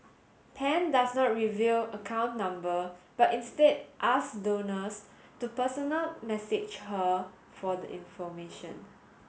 Pan does not reveal account number but instead asks donors to personal message her for the information